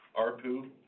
ARPU